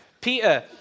Peter